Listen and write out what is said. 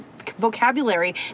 vocabulary